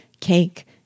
cake